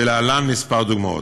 ולהלן כמה דוגמאות: